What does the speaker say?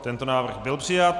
Tento návrh byl přijat.